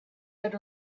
had